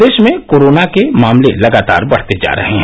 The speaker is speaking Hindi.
प्रदेश में कोरोना के मामले लगातार बढ़ते जा रहे है